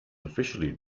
officially